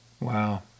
Wow